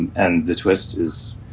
and the twist is